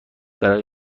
برای